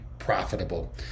profitable